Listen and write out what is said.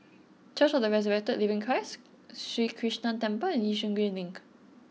church of the Resurrected Living Christ Sri Krishnan Temple and Yishun Green Link